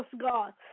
God